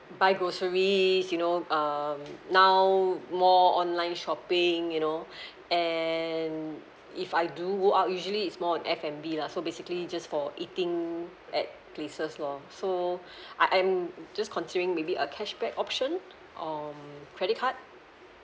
buy groceries you know um now more online shopping you know and if I do go out usually it's more on F&B lah so basically just for eating at places lor so I am just considering maybe a cashback option um credit card